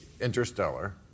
Interstellar